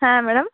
হ্যাঁ ম্যাডাম